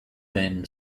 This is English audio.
been